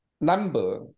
number